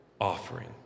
offering